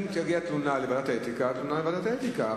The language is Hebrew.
אם תגיע תלונה לוועדת האתיקה יהיה דיון בוועדת האתיקה.